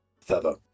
feather